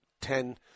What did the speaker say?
ten